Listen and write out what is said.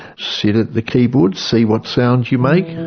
sit at the keyboard, see what sounds you make